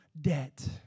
debt